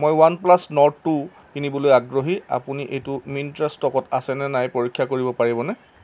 মই OnePlus Nord two কিনিবলৈ আগ্ৰহী আপুনি এইটো মিন্ত্ৰা ষ্টকত আছে নে নাই পৰীক্ষা কৰিব পাৰিবনে